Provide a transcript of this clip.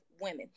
women